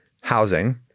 housing